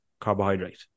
carbohydrate